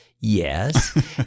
Yes